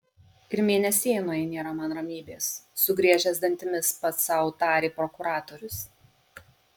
ir mėnesienoje nėra man ramybės sugriežęs dantimis pats sau tarė prokuratorius